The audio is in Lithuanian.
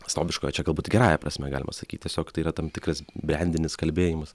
snobiškojo čia galbūt gerąja prasme galima sakyt tiesiog tai yra tam tikras brendinis kalbėjimas